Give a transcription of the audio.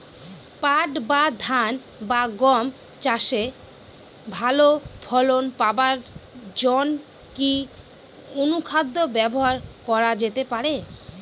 পাট বা ধান বা গম চাষে ভালো ফলন পাবার জন কি অনুখাদ্য ব্যবহার করা যেতে পারে?